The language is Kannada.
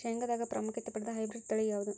ಶೇಂಗಾದಾಗ ಪ್ರಾಮುಖ್ಯತೆ ಪಡೆದ ಹೈಬ್ರಿಡ್ ತಳಿ ಯಾವುದು?